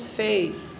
faith